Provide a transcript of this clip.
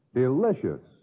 delicious